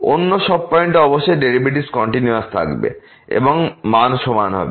অন্য সব পয়েন্টে অবশ্যই ডেরিভেটিভস কন্টিনিউয়াসথাকবে এবং মান সমান হবে